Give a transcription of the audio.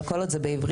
אבל כל עוד זה בעברית,